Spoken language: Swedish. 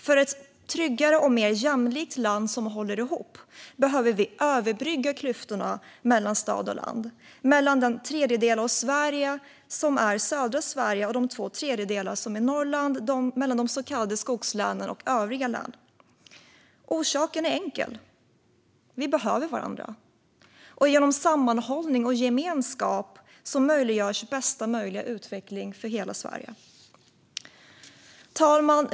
För att få ett tryggare och mer jämlikt land som håller ihop behöver vi överbrygga klyftorna mellan stad och land, mellan den tredjedel av Sverige som är södra Sverige och de två tredjedelar som är Norrland, mellan de så kallade skogslänen och övriga län. Orsaken är enkel; vi behöver varandra. Genom sammanhållning och gemenskap möjliggör vi för bästa möjliga utveckling för hela Sverige. Fru talman!